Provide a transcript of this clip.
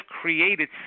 created